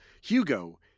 Hugo